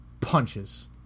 Punches